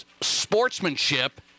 sportsmanship